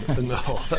No